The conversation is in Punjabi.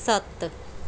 ਸਤ